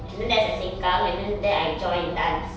and then that's at sengkang and then there I joined dance